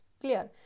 clear